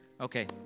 Okay